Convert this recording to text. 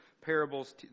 parables